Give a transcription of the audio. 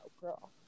girl